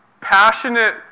passionate